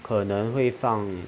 可能会放